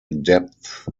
depth